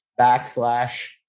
backslash